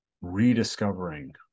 rediscovering